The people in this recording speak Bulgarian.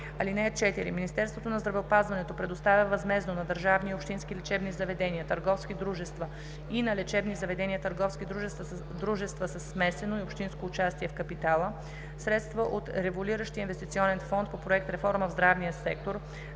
(4) Министерството на здравеопазването предоставя възмездно на държавни и общински лечебни заведения – търговски дружества, и на лечебни заведения – търговски дружества със смесено държавно и общинско участие в капитала, средства от Револвиращия инвестиционен фонд по проект „Реформа в здравния сектор